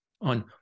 on